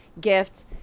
gift